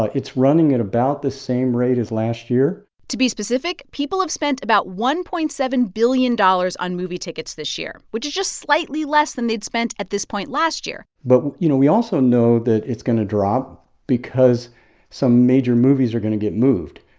ah it's running at about the same rate as last year to be specific, people have spent about one point seven billion dollars on movie tickets this year, which is just slightly less than they'd spent at this point last year but, you know, we also know that it's going to drop because some major movies are going to get moved.